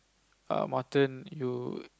err mutton you